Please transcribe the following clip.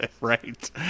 Right